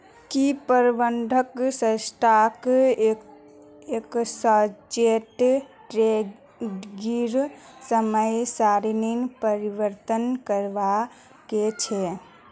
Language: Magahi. की प्रबंधक स्टॉक एक्सचेंज ट्रेडिंगेर समय सारणीत परिवर्तन करवा सके छी